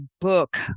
book